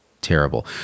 terrible